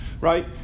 right